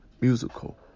musical